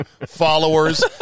followers